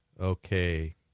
Okay